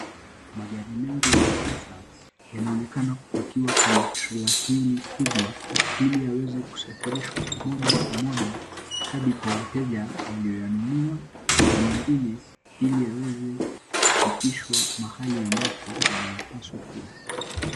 Magari mengi ya kisasa yana onekana kupakiwa kwenye trela hii kubwa ili yaweze kusafirishwa moja kwa moja hadi kwa wateja walioyanunua na mengine ili yaweze kufikishwa mahali ambapo yanapaswa kuwa.